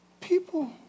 people